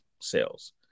sales